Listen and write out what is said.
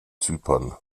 zypern